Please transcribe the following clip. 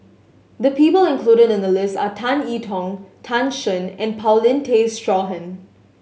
the people included in the list are Tan I Tong Tan Shen and Paulin Tay Straughan